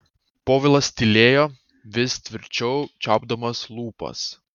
povilas tylėjo vis tvirčiau čiaupdamas lūpas